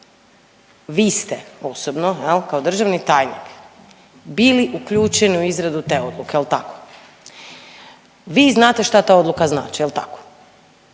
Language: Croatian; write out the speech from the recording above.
vi ste osobno je li, kao državni tajnik bili uključeni u izradu te odluke, je li tako? Vi znate šta ta odluka znači, je li tako?